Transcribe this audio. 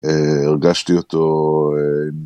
הרגשתי אותו